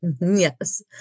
Yes